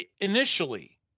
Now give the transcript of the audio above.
initially